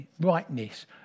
rightness